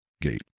gate